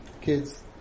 Kids